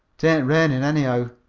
tain't rainin anyhow.